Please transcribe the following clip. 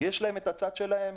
יש להם את הצד שלהם,